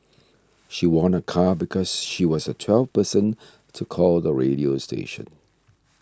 she won a car because she was the twelfth person to call the radio station